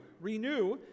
Renew